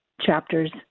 chapters